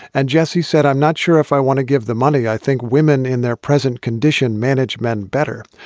and jesse said, i'm not sure if i want to give the money. i think women in their present condition manage men better.